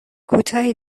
کوتاهی